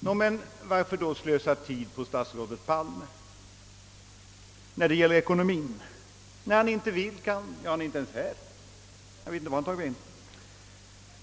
Nå, varför slösa tid på statsrådet Palme då det gäller ekonomien när han inte vill och inte kan förstå detta och när han tydligen inte längre ens är kvar här i kammaren?